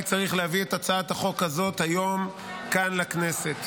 צריך להביא את הצעת החוק הזאת היום כאן לכנסת.